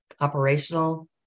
operational